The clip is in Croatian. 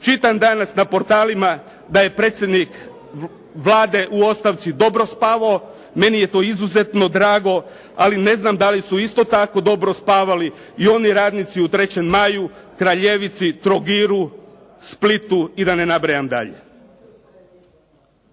Čitam danas na portalima da je predsjednik Vlade u ostavci dobro spavao. Meni je to izuzetno drago, ali ne znam da li su isto tako dobro spavali i oni radnici u Trećem maju, Kraljevici, Trogiru, Splitu i da ne nabrajam dalje.